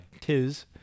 Tis